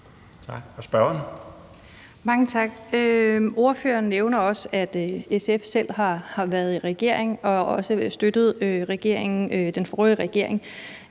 Bigum (SF): Mange tak. Ordføreren nævner også, at SF selv har været i regering og også støttede den forrige regering.